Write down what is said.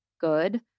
good